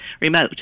remote